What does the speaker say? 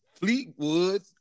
Fleetwood